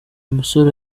musore